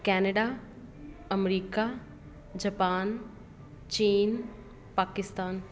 Canada America Japan China Pakistan